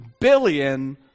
billion